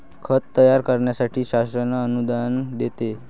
खत तयार करण्यासाठी शासन अनुदान देते